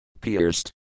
pierced